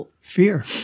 Fear